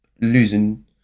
losing